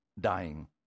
dying